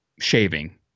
shaving